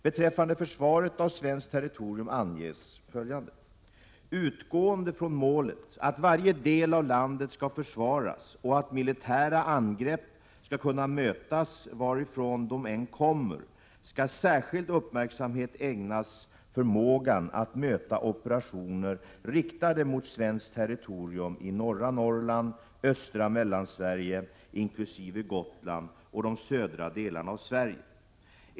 Beträffande försvaret av svenskt territorium anges: ”Utgående från målet att varje del av landet skall försvaras och att militära angrepp skall kunna mötas varifrån de än kommer skall särskild uppmärksamhet ägnas förmågan att möta operationer riktade mot svenskt territorium i norra Norrland, östra Mellansverige inkl. Gotland och de södra delarna av Sverige.